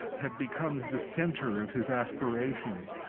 had become the center of his aspirations.